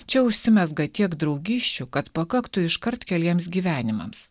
čia užsimezga tiek draugysčių kad pakaktų iškart keliems gyvenimams